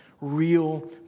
real